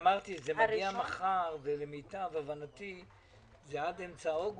אמרתי שזה מגיע מחר ולמיטב הבנתי זה עד אמצע אוגוסט,